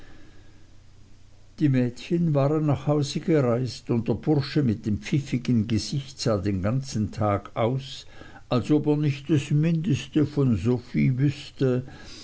die mädchen waren nach hause gereist und der bursche mit dem pfiffigen gesicht sah den ganzen tag aus als ob er nicht das mindeste von sophie wüßte